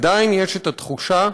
עדיין יש תחושה